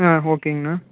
ஆ ஓகேங்கண்ணா